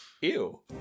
ew